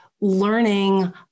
learning